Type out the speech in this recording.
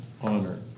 honor